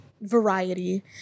variety